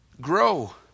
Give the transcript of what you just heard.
Grow